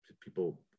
People